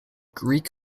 greek